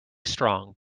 strong